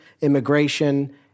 immigration